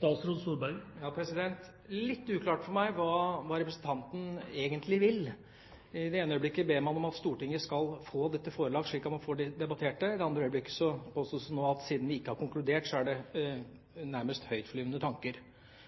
Det er litt uklart for meg hva representanten egentlig vil. I det ene øyeblikket ber man om at Stortinget skal få dette forelagt slik at man får debattert det. I det andre øyeblikket påstås det nå at siden vi ikke har konkludert, er det nærmest høytflygende tanker.